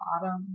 bottom